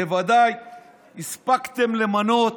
בוודאי הספקתם למנות